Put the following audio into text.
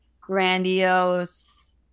grandiose